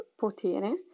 potere